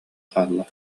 хаалла